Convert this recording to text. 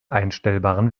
einstellbaren